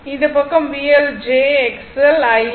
இந்த பக்கம் VL j XL I L